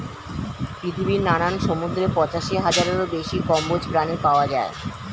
পৃথিবীর নানান সমুদ্রে পঁচাশি হাজারেরও বেশি কম্বোজ প্রাণী পাওয়া যায়